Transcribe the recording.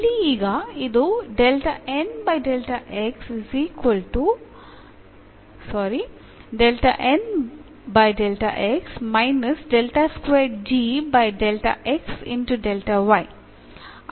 ಇಲ್ಲಿ ಈಗ ಇದು